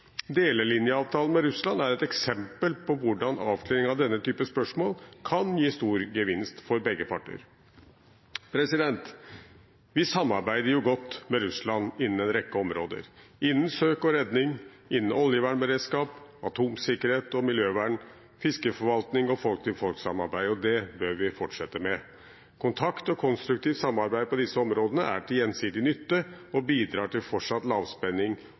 Delelinjeavtalen med Russland er et eksempel på hvordan avklaring av denne type spørsmål kan gi stor gevinst for begge parter. Vi samarbeider godt med Russland innen en rekke områder – innen søk og redning, oljevernberedskap, atomsikkerhet, miljøvern, fiskeforvaltning og folk-til-folk-samarbeid. Det bør vi fortsette med. Kontakt og konstruktivt samarbeid på disse områdene er til gjensidig nytte og bidrar til fortsatt lavspenning og forutsigbarhet også for havområdene. Men selv om nordområdene har vært preget av lavspenning,